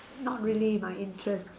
not really my interest